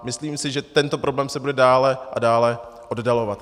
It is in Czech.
Myslím si, že tento problém se bude dále a dále oddalovat.